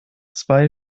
zwei